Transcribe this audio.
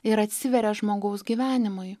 ir atsiveria žmogaus gyvenimui